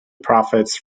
profits